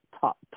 top